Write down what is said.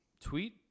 Tweet